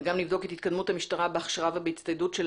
וגם נבדוק את התקדמות המשטרה בהכשרה ובהצטיידות של